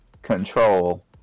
control